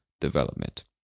development